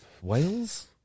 Wales